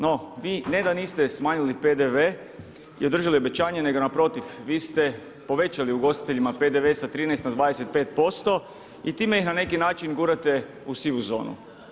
No vi ne da niste smanjili PDV i održali obećanje nego naprotiv, vi ste povećali ugostiteljima PDV sa 13 na 25% i time ih na neki način gurate u sivu zonu.